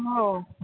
हो